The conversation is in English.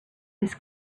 his